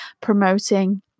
promoting